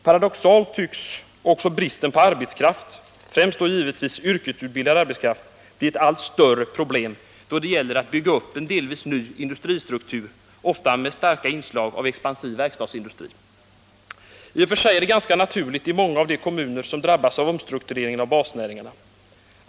Paradoxalt nog tycks också bristen på arbetskraft, främst då givetvis yrkesutbildad arbetskraft, bli ett allt större problem då det gäller att bygga upp en delvis ny industristruktur, ofta med starka inslag med expansiv verkstadsindustri. I och för sig är det ganska naturligt i många av de kommuner som drabbats av omstruktureringen av basnäringarna.